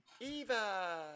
Eva